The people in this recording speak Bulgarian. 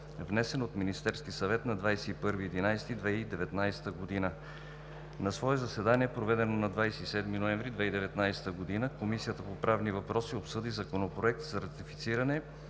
внесен от Министерския съвет нa 21 ноември 2019 г. На свое заседание, проведено на 27 ноември 2019 г., Комисията по правни въпроси обсъди Законопроект за ратифициране